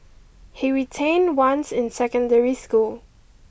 he retained once in secondary school